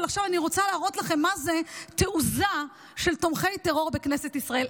אבל עכשיו אני רוצה להראות לכם מה זה תעוזה של תומכי טרור בכנסת ישראל.